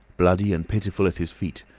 bloody and pitiful at his feet,